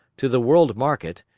to the world-market,